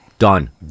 Done